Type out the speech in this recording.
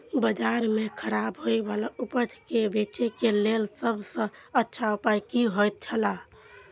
बाजार में खराब होय वाला उपज के बेचे के लेल सब सॉ अच्छा उपाय की होयत छला?